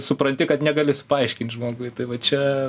supranti kad negali paaiškint žmogui tai va čia